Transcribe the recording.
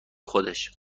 خودش